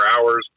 Hours